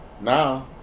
now